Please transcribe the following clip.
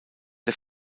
der